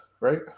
right